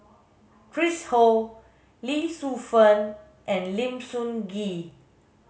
Chris Ho Lee Shu Fen and Lim Sun Gee